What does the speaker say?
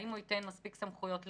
האם הוא ייתן מספיק סמכויות לרח"ל?